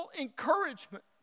encouragement